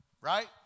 Right